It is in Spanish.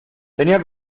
tenía